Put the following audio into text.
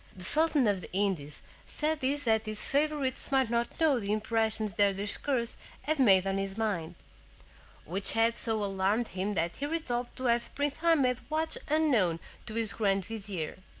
the sultan of the indies said this that his favorites might not know the impressions their discourse had made on his mind which had so alarmed him that he resolved to have prince ahmed watched unknown to his grand vizier.